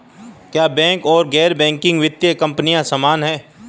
क्या बैंक और गैर बैंकिंग वित्तीय कंपनियां समान हैं?